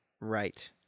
Right